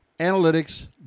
analytics